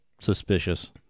suspicious